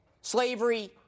Slavery